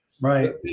Right